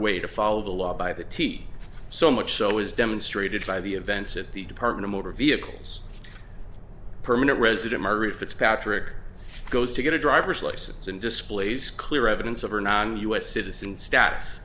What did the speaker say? way to follow the law by the teeth so much so as demonstrated by the events at the department of motor vehicles permanent resident margaret fitzpatrick goes to get a driver's license and displays clear evidence of her non us citizen status